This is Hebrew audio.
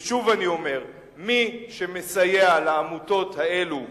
כי שוב אני אומר: מי שמסייע לעמותות האלו ביודעין,